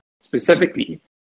specifically